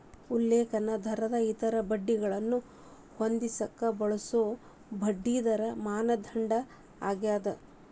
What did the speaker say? ಉಲ್ಲೇಖ ದರ ಇತರ ಬಡ್ಡಿದರಗಳನ್ನ ಹೊಂದಿಸಕ ಬಳಸೊ ಬಡ್ಡಿದರ ಮಾನದಂಡ ಆಗ್ಯಾದ